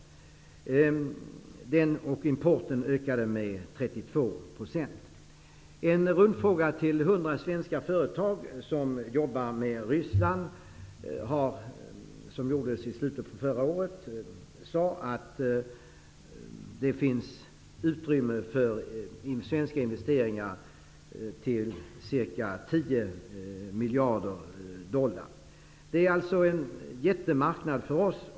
Av en rundfråga som ställdes i slutet av förra året till 100 svenska företag som jobbar med Ryssland, framkom det att det finns utrymme för svenska investeringar till ett belopp av ca 10 miljarder dollar. Det här är alltså en jättemarknad för oss.